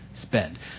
spend